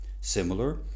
Similar